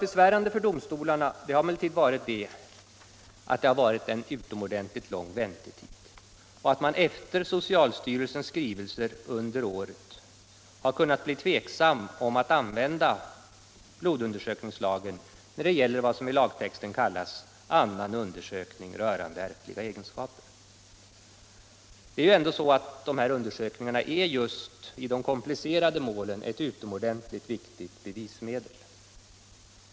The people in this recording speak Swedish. Besvärande för domstolarna har emellertid varit den utomordentligt långa väntetiden och att man efter socialstyrelsens skrivelser under året har kunnat bli tveksam om att använda blodundersökningslagen när det gäller vad som i lagtexten kallas ”annan undersökning rörande ärftliga egenskaper”. De här undersökningarna är ändå just i de komplicerade målen ett utomordentligt viktigt bevismedel.